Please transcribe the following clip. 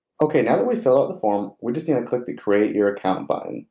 okay now that we've filled out the form we just need to click the create your account button.